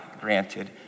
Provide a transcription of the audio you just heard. granted